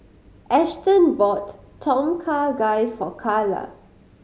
Ashton bought Tom Kha Gai for Kala